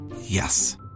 Yes